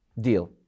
Deal